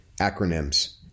Acronyms